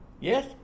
Yes